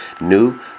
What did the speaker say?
new